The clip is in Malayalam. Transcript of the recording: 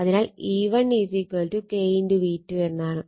അതിനാൽ E1 K V2 എന്നാണ്